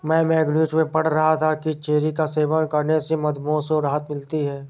मैं मैगजीन में पढ़ रहा था कि चेरी का सेवन करने से मधुमेह से राहत मिलती है